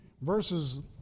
verses